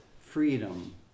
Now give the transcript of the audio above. freedom